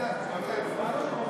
לדיון בהצעת חוק-יסוד: